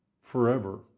forever